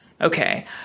Okay